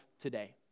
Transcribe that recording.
today